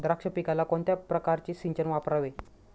द्राक्ष पिकाला कोणत्या प्रकारचे सिंचन वापरावे?